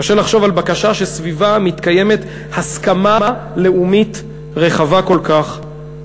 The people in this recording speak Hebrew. קשה לחשוב על בקשה שסביבה מתקיימת הסכמה לאומית רחבה כל כך,